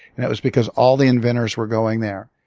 and it was because all the inventors were going there.